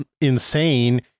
insane